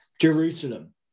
Jerusalem